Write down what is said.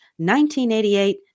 1988